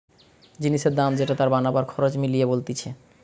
জিনিসের দাম যেটা তার বানাবার খরচ মিলিয়ে বলতিছে